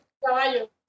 caballo